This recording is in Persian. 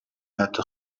حتی